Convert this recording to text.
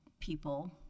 people